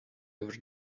over